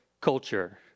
culture